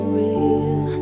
real